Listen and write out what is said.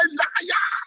liar